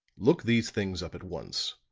look these things up at once.